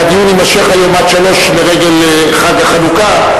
והדיון יימשך היום עד השעה 15:00 לרגל חג החנוכה.